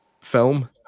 film